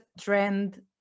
trend